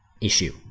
issue